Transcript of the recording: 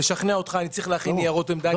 כדי לשכנע אותך אני צריך להכין ניירות עמדה,